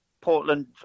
portland